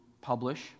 publish